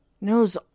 knows